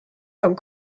comme